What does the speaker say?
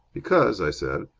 because, i said,